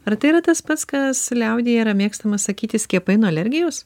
ar tai yra tas pats kas liaudyje mėgstama sakyti skiepai nuo alergijos